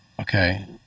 okay